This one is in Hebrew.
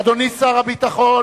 אדוני שר הביטחון,